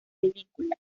película